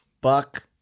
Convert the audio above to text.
buck